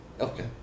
Okay